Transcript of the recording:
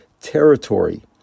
territory